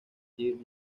third